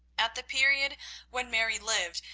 at the period when mary lived,